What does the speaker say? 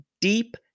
deep